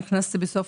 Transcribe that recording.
נכנסתי בסוף